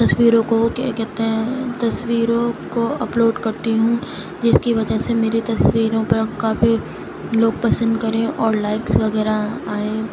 تصویروں کو کیا کہتے ہیں تصویروں کو اپلوڈ کرتی ہوں جس کی وجہ سے میری تصویروں پر کافی لوگ پسند کریں اور لائکس وغیرہ آئیں